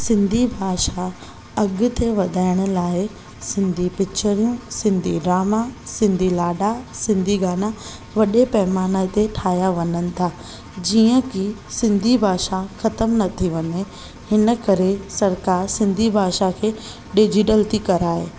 सिंधी भाषा अॻिते वधाइण लाइ सिंधी पिकिचरुं सिंधी ड्रामा सिंधी लाॾा सिंधी गाना वॾे पैमाने ते ठाहिया वञनि था जीअं कि सिंधी भाषा ख़त्मु न थी वञे हिन करे सरकार सिंधी भाषा खे डिजीटल थी कराए